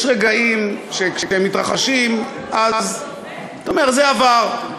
יש רגעים שכשהם מתרחשים אתה אומר: זה עבר.